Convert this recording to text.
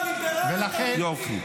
הכהניזם בליכוד מדבר על מה שנהפך מאיתנו,